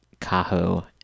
Cahoe